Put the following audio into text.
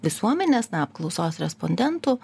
visuomenės na apklausos respondentų